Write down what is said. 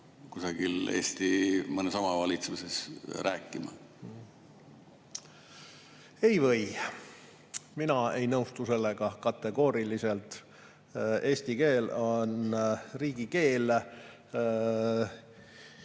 mõnes Eesti omavalitsuses rääkima. Ei või! Mina ei nõustu sellega, kategooriliselt. Eesti keel on riigikeel.